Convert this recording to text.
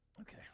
Okay